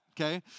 Okay